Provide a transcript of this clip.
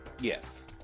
Yes